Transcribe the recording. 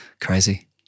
crazy